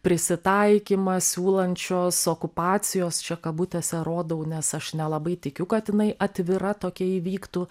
prisitaikymą siūlančios okupacijos čia kabutėse rodau nes aš nelabai tikiu kad jinai atvira tokia įvyktų